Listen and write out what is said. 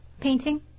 Painting